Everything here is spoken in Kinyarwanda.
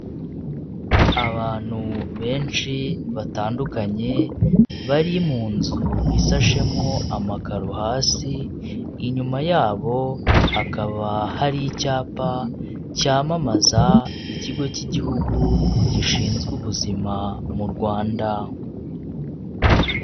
Abantu benshi batandukanye bari mu nzu isashemo amakaro hasi, inyuma yabo hakaba hari icyapa cyamamaza ikigo cy'igihugu gishinzwe ubuzima mu rwanda.